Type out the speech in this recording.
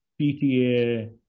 PTA